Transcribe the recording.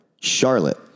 Charlotte